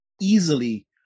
easily